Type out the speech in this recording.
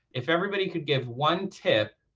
if everybody could give one tip,